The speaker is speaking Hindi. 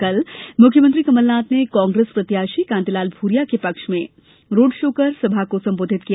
कल मुख्यमंत्री कमलनाथ ने कांग्रेस प्रत्याशी कांतिलाल भूरिया के पक्ष में रोड शो कर सभा को संबोधित किया